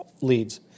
leads